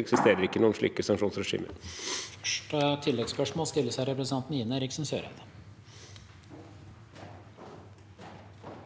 eksisterer det ikke noen slike sanksjonsregimer.